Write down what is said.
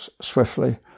swiftly